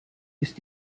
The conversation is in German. ist